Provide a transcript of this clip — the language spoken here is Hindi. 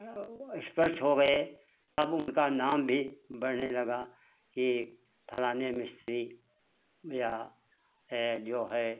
स्पष्ट हो गए तब उनका नाम भी बढ़ने लगा कि फलाँ मिस्त्री या है जो है